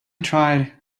tried